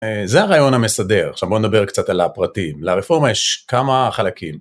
זה הרעיון המסדר. עכשיו בואו נדבר קצת על הפרטים. לרפורמה יש כמה חלקים.